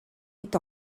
est